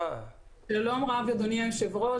שלום רב, אדוני היושב-ראש.